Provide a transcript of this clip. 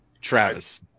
Travis